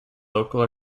local